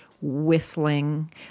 whistling